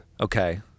Okay